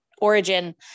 origin